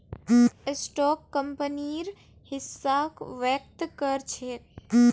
stock कंपनीर हिस्साक व्यक्त कर छेक